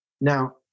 Now